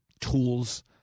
tools